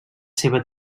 seva